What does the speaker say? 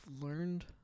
learned